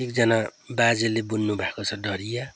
एकजना बाजेले बुन्नुभएको छ ढडिया